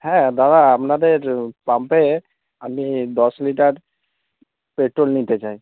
হ্যাঁ দাদা আপনাদের পাম্পে আমি দশ লিটার পেট্রোল নিতে চাই